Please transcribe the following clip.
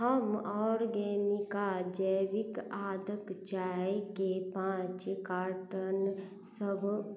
हम ऑर्गेनिका जैविक आदक चायके पाँच कार्टन सभ